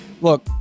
look